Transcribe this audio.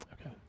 Okay